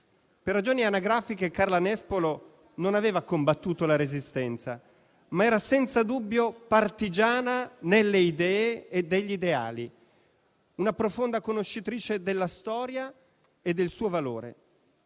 Per ragioni anagrafiche Carla Nespolo non aveva combattuto la Resistenza, ma era senza dubbio partigiana nelle idee e negli ideali, una profonda conoscitrice della storia e del suo valore.